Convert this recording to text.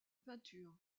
peinture